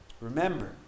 Remember